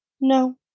No